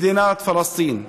מדינת פלסטין.